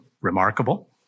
remarkable